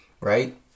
Right